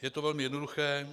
Je to velmi jednoduché.